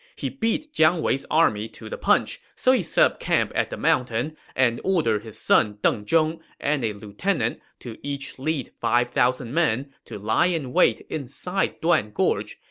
he beat jiang wei's army to the punch, so he set up camp at the mountain and ordered his son deng zhong and a lieutenant to each lead five thousand men to lie in wait inside duan gorge.